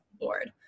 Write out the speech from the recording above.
board